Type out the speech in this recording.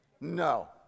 no